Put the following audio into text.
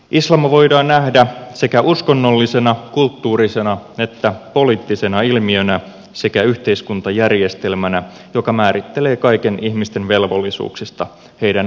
islam voidaan nähdä sekä uskonnollisena kulttuurisena että poliittisena ilmiönä sekä yhteiskuntajärjestelmänä joka määrittelee kaiken ihmisten velvollisuuksista heidän oikeuksiinsa